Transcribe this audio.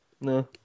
No